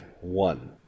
one